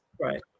Right